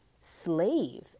slave